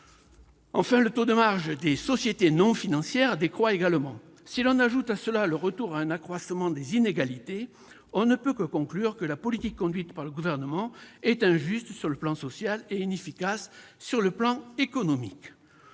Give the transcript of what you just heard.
Enfin, le taux de marge des sociétés non financières décroît également. Si l'on ajoute à cela le retour à un accroissement des inégalités, on ne peut que conclure que la politique conduite par le Gouvernement est injuste sur le plan social et inefficace sur le plan économique.